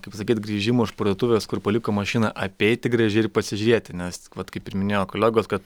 kaip pasakyt grįžimo iš parduotuvės kur paliko mašiną apeiti gražiai ir pasižiūrėti nes vat kaip ir minėjo kolegos kad